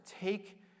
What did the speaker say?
take